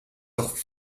doch